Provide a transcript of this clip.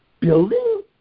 Building